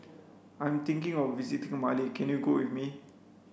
I'm thinking of visiting Mali can you go with me